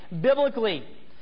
biblically